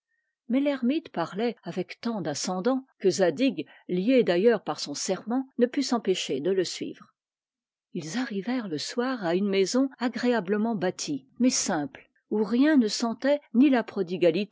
mais l'ermite parlait avec tant d'ascendant que zadig lié d'ailleurs par son serment ne put s'empêcher de le suivre ils arrivèrent le soir à une maison agréablement bâtie mais simple où rien ne sentait ni la